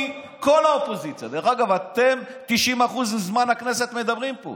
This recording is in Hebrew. כל האופוזיציה, אתם 90% מזמן הכנסת מדברים פה,